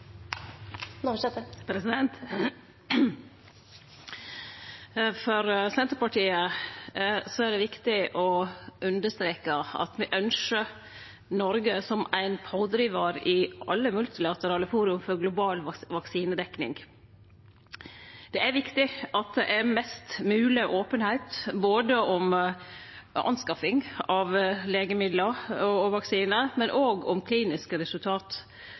det viktig å understreke at me ønskjer Noreg som ein pådrivar i alle multilaterale forum for global vaksinedekning. Det er viktig at det er mest mogleg openheit, både om anskaffing av legemiddel og vaksinar, og om kliniske resultat.